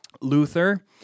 Luther